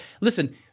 Listen